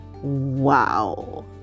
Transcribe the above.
wow